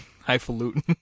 highfalutin